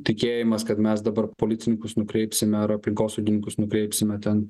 tikėjimas kad mes dabar policininkus nukreipsime ar aplinkosaugininkus nukreipsime ten